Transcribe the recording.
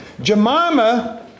Jemima